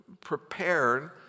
prepared